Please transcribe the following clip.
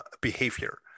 behavior